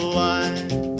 line